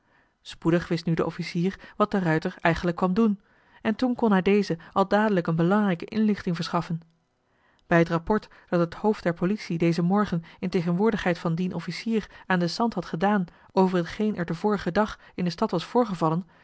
spoedig wist nu de officier wat de ruijter eigenlijk kwam doen en toen kon hij dezen al dadelijk een belangrijke inlichting verschaffen bij het rapport dat het hoofd der politie dezen morgen in tegenwoordigheid van dien officier aan den sant had gedaan over hetgeen er den vorigen dag in de stad was voorgevallen